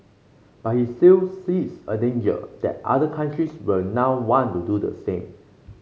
but he still sees a danger that other countries will now want to do the same